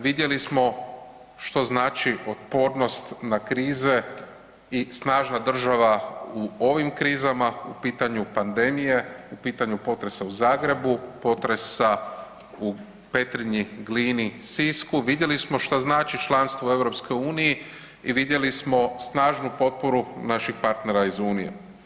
Vidjeli smo što znači otpornost na krize i snažna država u ovim krizama u pitanju pandemije, u pitanju potresa u Zagrebu, potresa u Petrinji, Glini, Sisku, vidjeli smo šta znači članstvo u EU i vidjeli smo snažnu potporu naših partnera iz unije.